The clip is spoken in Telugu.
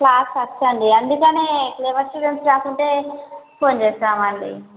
క్లాస్ ఫస్ట్ అండి అందుకనే క్లెవర్ స్టూడెంట్ రాకుంటే ఫోన్ చేస్తామండి మేము